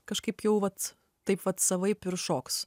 kažkaip jau vat taip vat savaip ir šoks